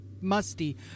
musty